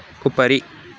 उपरि